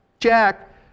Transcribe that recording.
Jack